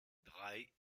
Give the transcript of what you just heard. drei